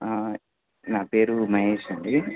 నా పేరు మహేష్ అండి